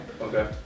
Okay